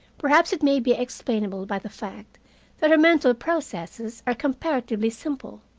perhaps it may be explainable by the fact that her mental processes are comparatively simple,